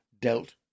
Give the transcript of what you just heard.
dealt